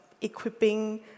Equipping